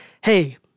hey